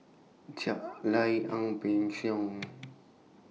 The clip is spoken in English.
Ja Lai Ang Peng Siong